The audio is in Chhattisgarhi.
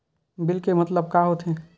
बिल के मतलब का होथे?